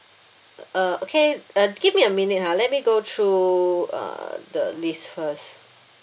uh okay uh give me a minute ha let me go through uh the list first